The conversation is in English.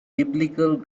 biblical